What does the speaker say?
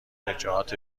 ارجاعات